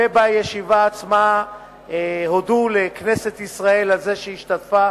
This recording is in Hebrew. ובישיבה עצמה הודו לכנסת ישראל על השתתפותה.